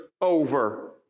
over